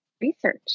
research